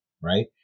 right